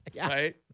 Right